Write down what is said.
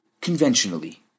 conventionally